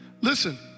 Listen